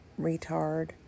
retard